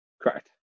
Correct